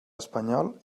espanyol